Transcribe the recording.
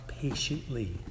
patiently